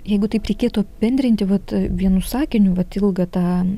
jeigu taip reikėtų apibendrinti vat vienu sakiniu vat ilgą tą